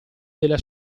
della